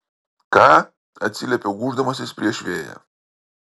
ką atsiliepiau gūždamasis prieš vėją